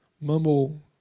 mumble